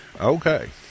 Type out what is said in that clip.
Okay